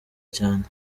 cyane